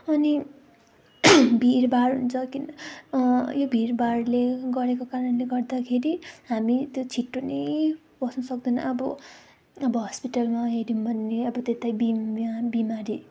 अनि भिडभाड हुन्छ यो भिडभाडले गरेको कारणले गर्दाखेरि हामी त्यो छिटो नै बस्न सक्दैन अब हस्पिटलमा हेर्यौँ भने अब त्यतै बिम बिमारी